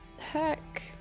Heck